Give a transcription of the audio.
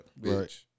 Bitch